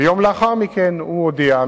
ויום לאחר מכן הוא הודיע,